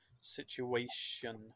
Situation